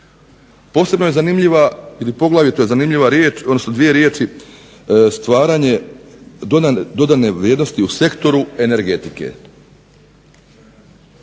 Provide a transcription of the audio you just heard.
Posebno je zanimljiva ili poglavito je zanimljiva riječ, odnosno dvije riječi stvaranje dodane vrijednosti u sektoru energetike.